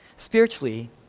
Spiritually